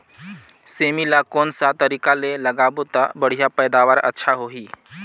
सेमी ला कोन सा तरीका ले लगाबो ता बढ़िया पैदावार अच्छा होही?